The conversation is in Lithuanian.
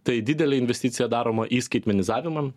tai didelė investicija daroma į skaitmenizavimą